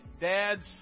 Dad's